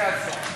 בבקשה,